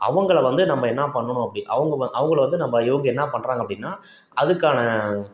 அவங்கள வந்து நம்ப என்ன பண்ணணும் அப்படி அவங்க வ அவங்கள வந்து நம்ப இவங்க என்ன பண்ணுறாங்க அப்படின்னா அதுக்கான